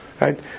right